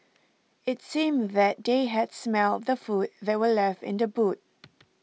it seemed that they had smelt the food that were left in the boot